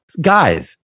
Guys